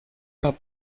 pas